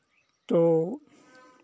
तो